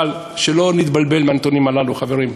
אבל שלא נתבלבל בנתונים הללו, חברים.